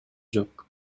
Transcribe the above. жок